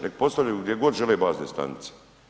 Nek postavljaju gdje god žele bazne stanice.